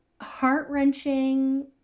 heart-wrenching